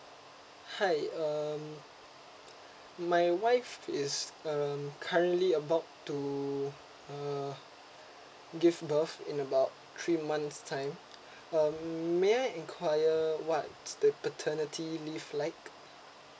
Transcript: hi um my wife is um currently about to uh give birth in about three months time um may I enquire what the paternity leave like